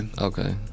Okay